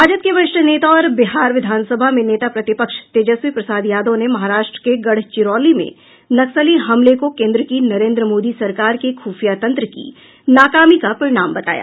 राजद के वरिष्ठ नेता और बिहार विधानसभा में नेता प्रतिपक्ष तेजस्वी प्रसाद यादव ने महाराष्ट्र के गढ़चिरौली में नक्सली हमले को केन्द्र की नरेन्द्र मोदी सरकार के खुफिया तंत्र की नाकामी का परिणाम बताया